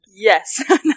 yes